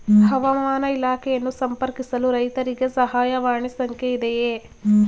ಹವಾಮಾನ ಇಲಾಖೆಯನ್ನು ಸಂಪರ್ಕಿಸಲು ರೈತರಿಗೆ ಸಹಾಯವಾಣಿ ಸಂಖ್ಯೆ ಇದೆಯೇ?